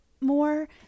more